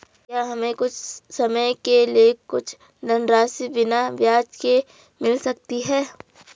क्या हमें कुछ समय के लिए कुछ धनराशि बिना ब्याज के मिल सकती है?